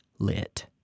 Lit